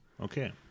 Okay